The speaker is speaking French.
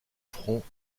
francs